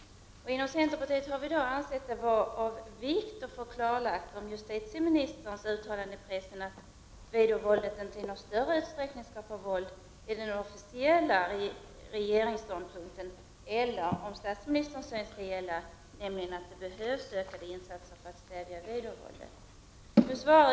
Inom centerpartiet har vi ansett det vara av vikt att få klarlagt om justitieministerns uttalande i pressen att videovåldet inte i någon större utsträckning skapar våld, är den officiella regeringsståndpunkten eller om statsministerns uttalande skall gälla, nämligen att det behövs ökade insatser för att stävja videovåldet.